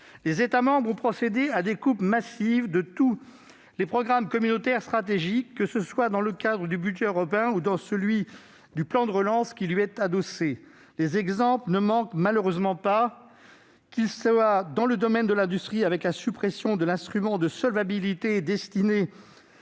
Les États membres ont procédé à des coupes massives dans tous les programmes européens stratégiques, dans le cadre du budget européen comme du plan de relance adossé. Les exemples ne manquent malheureusement pas, dans le domaine de l'industrie, avec la suppression de l'instrument de solvabilité destiné